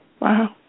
Wow